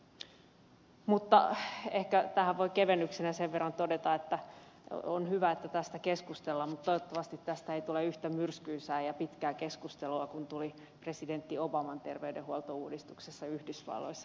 mutta ehkä tähän voi kevennyksenä sen verran todeta että on hyvä että tästä keskustellaan mutta toivottavasti tästä ei tule yhtä myrskyisää ja pitkää keskustelua kuin tuli presidentti obaman terveydenhuoltouudistuksesta yhdysvalloissa